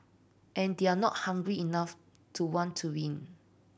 and they're not hungry enough to want to win